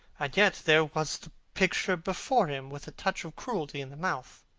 and, yet, there was the picture before him, with the touch of cruelty in the mouth.